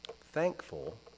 thankful